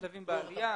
יש שלבים בעלייה.